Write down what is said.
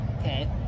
okay